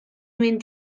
mynd